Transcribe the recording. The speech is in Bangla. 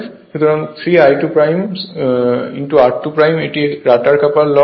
সুতরাং 3 I2 r2 এটি রটার কপার লস হয়